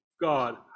God